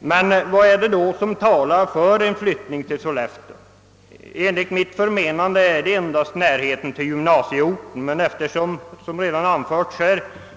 Vad är det då som talar för en flyttning till Sollefteå? Ja, enligt min mening är det endast närheten till gymnasieorten. Men eftersom